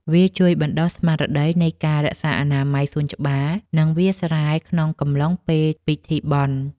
វាជួយបណ្តុះស្មារតីនៃការរក្សាអនាម័យសួនច្បារ និងវាលស្រែក្នុងកំឡុងពេលពិធីបុណ្យ។